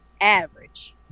average